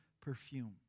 perfume